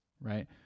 right